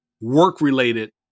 work-related